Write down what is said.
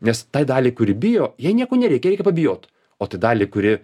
nes tai daliai kuri bijo jai nieko nereikia reikia pabijot o tai daliai kuri